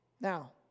Now